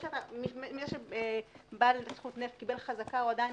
מזה שבעל זכות נפט קיבל חזקה הוא עדיין